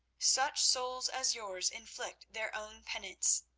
such souls as yours inflict their own penance.